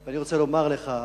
ואני רוצה לומר לך,